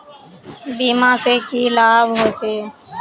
बीमा से की लाभ होचे?